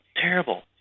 terrible